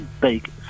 big